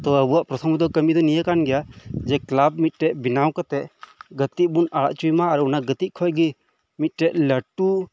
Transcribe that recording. ᱛᱚ ᱟᱵᱚᱣᱟᱜ ᱯᱨᱚᱛᱷᱚᱢᱚᱛᱚ ᱠᱟᱢᱤ ᱫᱚ ᱱᱤᱭᱟᱹ ᱠᱟᱱ ᱜᱮᱭᱟ ᱡᱮ ᱠᱮᱞᱟᱯ ᱢᱤᱫ ᱴᱮᱡ ᱵᱮᱱᱟᱣ ᱠᱟᱛᱮᱜ ᱜᱟᱛᱮᱜ ᱵᱚᱱ ᱟᱲᱟᱜ ᱦᱚᱪᱚᱭ ᱢᱟ ᱟᱨ ᱚᱱᱟ ᱜᱟᱛᱮᱜ ᱠᱷᱚᱱ ᱜᱮ ᱢᱤᱫ ᱴᱮᱱ ᱞᱟᱴᱩ